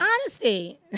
honesty